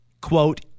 quote